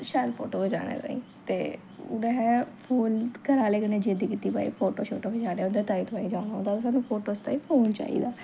शैल फोटो खचाने ताईं ते हून असें फोन घर आह्लें कन्नै जिद्द कीती भाई फोटो शोटो खचाने होंदे ताईं तोआहीं जाना होंदा सानू फोटो आस्तै फोन चाहिदा